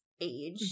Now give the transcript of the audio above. age